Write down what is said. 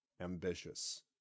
ambitious